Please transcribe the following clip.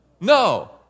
No